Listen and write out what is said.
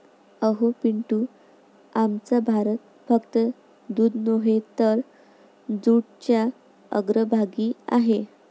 अहो पिंटू, आमचा भारत फक्त दूध नव्हे तर जूटच्या अग्रभागी आहे